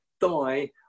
die